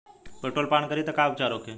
Petrol पान करी तब का उपचार होखेला?